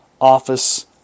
office